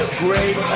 great